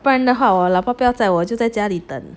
不然的话我老爸不要载我就在家里等